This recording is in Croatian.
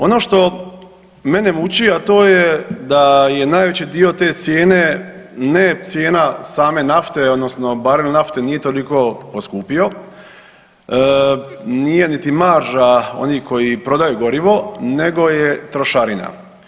Ono što mene muči, a to je da je najveći dio te cijene ne cijena same nafte odnosno bare nafte nije toliko poskupio, nije niti marža onih koji prodaju gorivo nego je trošarina.